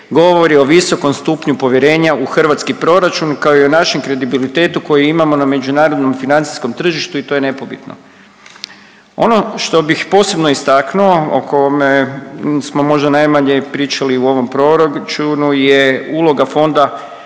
govori o visokom stupnju povjerenja u hrvatski proračun kao i o našem kredibilitetu koji imamo na međunarodnom financijskom tržištu i to je nepobitno. Ono što bih posebno istaknuo o kome smo možda najmanje pričali u ovom proračunu je uloga Fonda